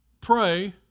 pray